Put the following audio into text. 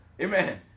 Amen